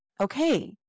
Okay